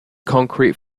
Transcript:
concrete